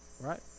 right